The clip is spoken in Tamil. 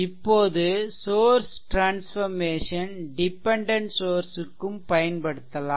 இப்போது சோர்ஸ் ட்ரான்ஸ்ஃபெர்மேசன் டிபெண்டென்ட் சோர்ஸ் க்கும் பயன்படுத்தலாம்